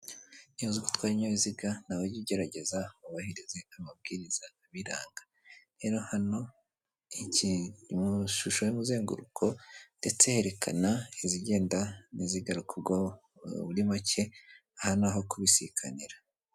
Niba uziko utwara ibinyabiziga, nawe jya ugerageza wububahirize amabwiriza abiranga, rero hano iki ni ishusho y'umuzenguruko ndetse yerekana izigenda n'izigaruka, ubwo muri make aha ni aho kubisikanira.